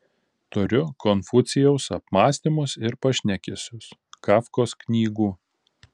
turiu konfucijaus apmąstymus ir pašnekesius kafkos knygų